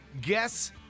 Guess